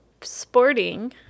sporting